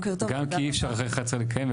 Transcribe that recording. גם כי אי אפשר אחרי 11:00 לקיים את הישיבה,